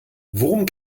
worum